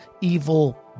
evil